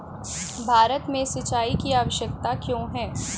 भारत में सिंचाई की आवश्यकता क्यों है?